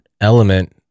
element